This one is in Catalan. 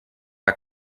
que